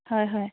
হয় হয়